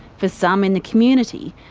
for some in the community,